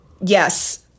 Yes